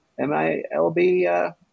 MILB